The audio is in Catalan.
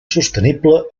sostenible